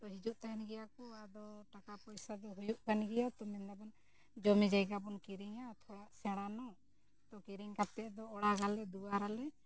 ᱛᱚ ᱦᱤᱡᱩᱜ ᱛᱟᱦᱮᱱ ᱜᱮᱭᱟ ᱠᱚ ᱟᱫᱚ ᱴᱟᱠᱟ ᱯᱚᱭᱥᱟ ᱫᱚ ᱦᱩᱭᱩᱜ ᱠᱟᱱ ᱜᱮᱭᱟ ᱛᱚ ᱢᱮᱱᱫᱟᱵᱚᱱ ᱡᱚᱢᱤ ᱡᱟᱭᱜᱟ ᱵᱚᱱ ᱠᱤᱨᱤᱧᱟ ᱛᱷᱚᱲᱟ ᱥᱮᱬᱟ ᱧᱚᱜ ᱛᱚ ᱠᱤᱨᱤᱧ ᱠᱟᱛᱮᱫ ᱫᱚ ᱚᱲᱟᱜ ᱟᱞᱮ ᱫᱩᱣᱟᱹᱨᱟᱞᱮ